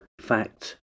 fact